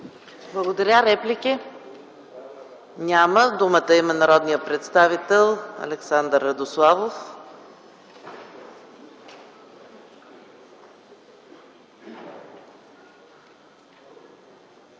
Благодаря. Реплики? Няма. Думата има народният представител Александър Радославов. АЛЕКСАНДЪР